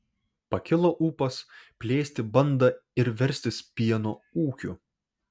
pakilo ūpas plėsti bandą ir verstis pieno ūkiu